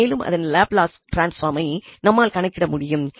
மேலும் அதன் லாப்லாஸ் டிரான்ஸ்பாமை நம்மால் கணக்கிட முடியும்